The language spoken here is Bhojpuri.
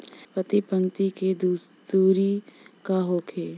प्रति पंक्ति के दूरी का होखे?